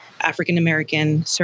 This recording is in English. African-American